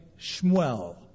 Shmuel